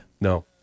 No